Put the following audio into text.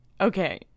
Okay